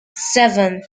seven